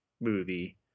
movie